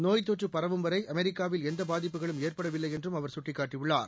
நோய்த் தொற்று பரவும் வரை அமெரிக்காவில் எந்த பாதிப்புகளும் ஏற்படவில்லை என்றும் அவர் சுட்டிக்காட்டியுள்ளார்